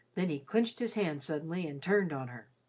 then he clenched his hand suddenly and turned on her.